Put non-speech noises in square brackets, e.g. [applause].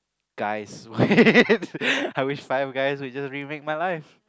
guys [laughs] I wish five guys we just remake my life